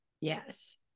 Yes